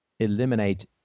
eliminate